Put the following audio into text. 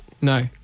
No